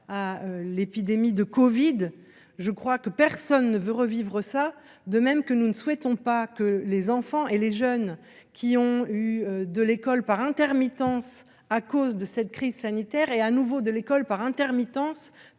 à l'épidémie de Covid je crois que personne ne veut revivre ça, de même que nous ne souhaitons pas que les enfants et les jeunes qui ont eu de l'école par intermittence à cause de cette crise sanitaire et à nouveau de l'école par intermittence